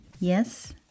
Yes